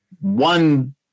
one